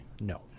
No